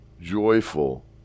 joyful